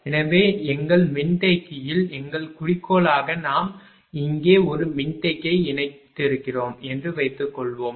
எனவே எங்கள் மின்தேக்கியில் எங்கள் குறிக்கோளாக நாம் இங்கே ஒரு மின்தேக்கியை இணைத்திருக்கிறோம் என்று வைத்துக்கொள்வோம்